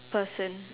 person